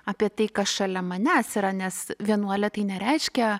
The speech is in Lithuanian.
apie tai kas šalia manęs yra nes vienuolė tai nereiškia